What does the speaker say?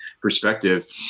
perspective